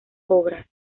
obras